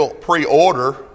pre-order